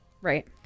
Right